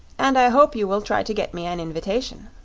and i hope you will try to get me an invitation.